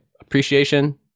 appreciation